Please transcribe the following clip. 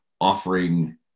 offering